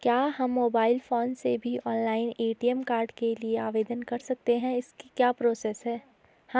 क्या हम mobile phone से भी ऑनलाइन ए.टी.एम कार्ड के लिए आवेदन कर सकते हैं इसकी क्या प्रोसेस है?